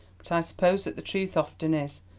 but i suppose that the truth often is.